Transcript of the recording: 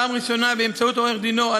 בפעם הראשונה באמצעות עורכי-דינו,